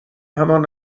همان